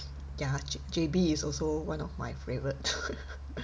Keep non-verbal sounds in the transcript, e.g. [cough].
ya J_B is also one of my favourite [laughs]